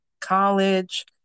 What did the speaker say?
college